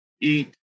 eat